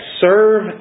serve